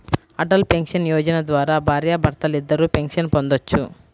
Atal pension Yojana ద్వారా భార్యాభర్తలిద్దరూ pension పొందొచ్చు